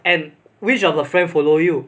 and which of the friend follow you